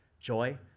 joy